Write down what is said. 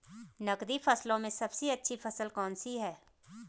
नकदी फसलों में सबसे अच्छी फसल कौन सी है?